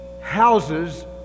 houses